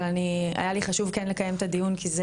אבל היה לי חשוב כן לקיים את הדיון כי זה